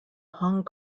hong